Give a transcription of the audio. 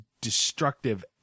destructive